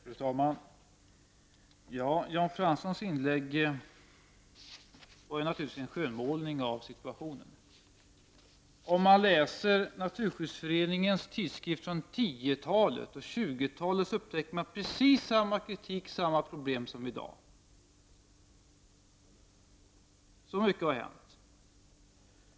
Fru talman! Jan Franssons inlägg var naturligtvis en skönmålning av situationen. Om man läser Naturskyddsföreningens tidskrift från 1910-talet och 1920-talet, så finner man precis samma kritik och samma problem som i dag.